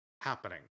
happening